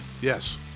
Yes